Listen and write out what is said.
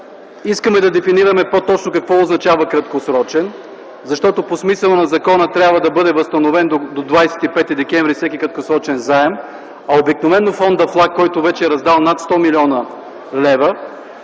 Искаме да дефинираме по-точно какво означава краткосрочен, защото по смисъла на закона трябва да бъде възстановен до 25 декември всеки краткосрочен заем, а обикновено Фондът ФЛАГ, който вече е дал над 100 млн. лв.